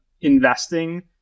investing